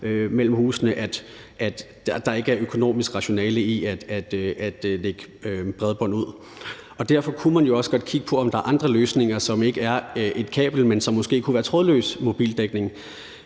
mellem husene, at der ikke er økonomisk rationale i at lægge bredbånd ud. Derfor kunne man jo også godt kigge på, om der er andre løsninger, som ikke er et kabel, men som måske kunne være trådløs mobildækning.